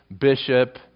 bishop